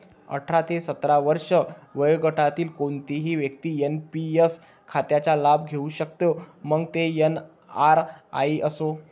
अठरा ते सत्तर वर्षे वयोगटातील कोणतीही व्यक्ती एन.पी.एस खात्याचा लाभ घेऊ शकते, मग तो एन.आर.आई असो